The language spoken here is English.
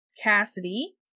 Cassidy